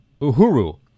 Uhuru